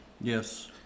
Yes